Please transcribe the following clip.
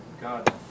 God